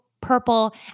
purple